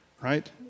right